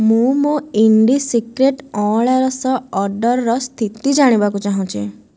ମୁଁ ମୋ ଇଣ୍ଡିସିକ୍ରେଟ୍ ଅଁଳା ରସ ଅର୍ଡ଼ର୍ର ସ୍ଥିତି ଜାଣିବାକୁ ଚାହୁଁଛି